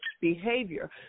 behavior